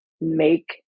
make